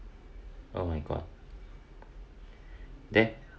oh my god there